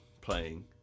playing